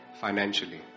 financially